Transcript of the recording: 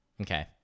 Okay